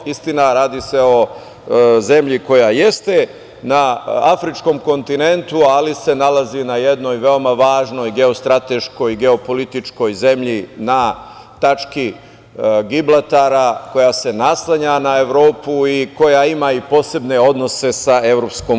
Istina, radi se o zemlji koja jeste na afričkom kontinentu, ali se nalazi na jednoj veoma važnoj geostrateškoj i geopolitičkoj zemlji, na tački Gibraltara, koja se naslanja na Evropu i koja ima i posebne odnose sa EU.